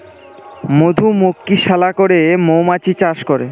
মধুমক্ষিশালা করে মৌমাছি চাষ করে